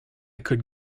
could